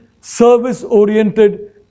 service-oriented